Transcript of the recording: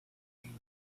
you